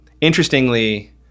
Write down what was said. Interestingly